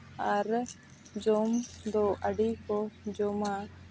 ᱟᱨ ᱡᱚᱢ ᱫᱚ ᱟᱹᱰᱤ ᱠᱚ ᱡᱚᱢᱟ